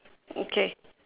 okay